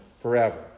forever